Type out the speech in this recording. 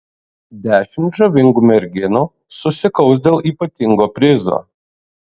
dešimt žavingų merginų susikaus dėl ypatingo prizo